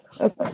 Okay